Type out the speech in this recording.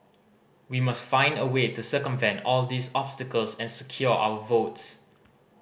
we must find a way to circumvent all these obstacles and secure our votes